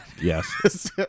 Yes